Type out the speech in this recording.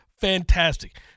fantastic